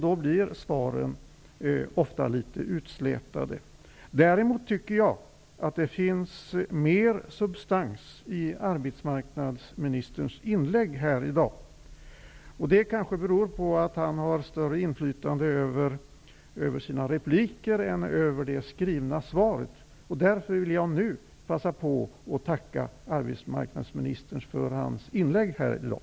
Då blir svaren ofta litet utslätade. Däremot tycker jag att det finns mer substans i arbetsmarknadsministerns inlägg här i dag. Det kanske beror på att han har större inflytande över sina repliker än över det skrivna svaret. Därför vill jag nu passa på att tacka arbetsmarknadsministern för hans inlägg här i dag.